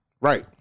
Right